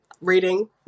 Reading